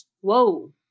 Whoa